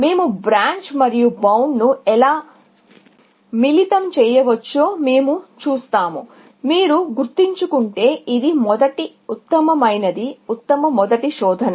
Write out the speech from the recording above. మేము బ్రాంచ్ మరియు బౌండ్ను ఎలా మిళితం చేయవచ్చో మేము చూస్తాము మీరు గుర్తుంచుకుంటే ఇది మొదట ఉత్తమమైనది ఉత్తమ మొదటి శోధన